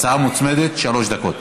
הצעה מוצמדת, שלוש דקות.